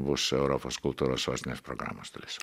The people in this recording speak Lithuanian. bus europos kultūros sostinės programos dalis